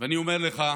ואני אומר לך,